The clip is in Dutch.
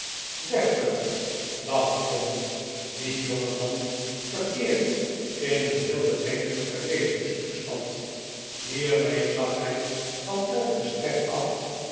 werkelijk dacht tom h die jongeman verkeert in een heel bedenkelijken geestestoestand hiermee zag hij van elk gesprek af